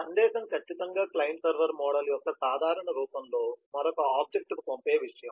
సందేశం ఖచ్చితంగా client server model యొక్క సాధారణ రూపంలో మరొక ఆబ్జెక్ట్ కు పంపే విషయం